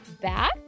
back